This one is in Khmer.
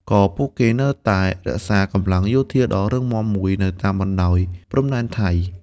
ក៏ពួកគេនៅតែរក្សាកម្លាំងយោធាដ៏រឹងមាំមួយនៅតាមបណ្ដោយព្រំដែនថៃ។